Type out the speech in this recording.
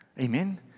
Amen